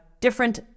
different